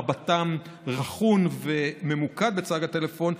מבטם רכון וממוקד בצג הטלפון,